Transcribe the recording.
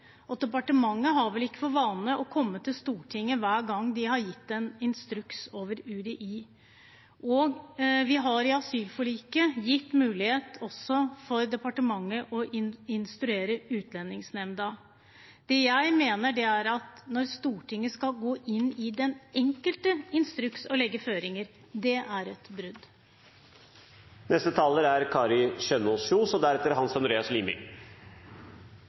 Departementet har vel ikke for vane å komme til Stortinget hver gang de har gitt UDI en instruks. Vi har i asylforliket gitt mulighet også for departementet til å instruere Utlendingsnemnda. Det jeg mener, er at når Stortinget skal gå inn i den enkelte instruks og legge føringer, er det et brudd.